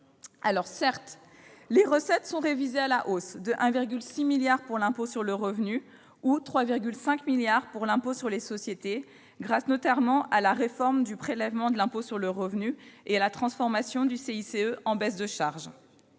non ! Certes, les recettes sont révisées à la hausse, de 1,6 milliard d'euros pour l'impôt sur le revenu et de 3,5 milliards d'euros pour l'impôt sur les sociétés, du fait, notamment, de la réforme du prélèvement de l'impôt sur le revenu et de la transformation du CICE en baisse de charges.